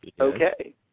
Okay